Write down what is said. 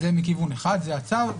זה מכיוון אחד, זה הצו.